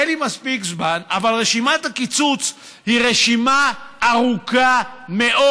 אין לי מספיק זמן אבל רשימת הקיצוץ היא רשימה ארוכה מאוד.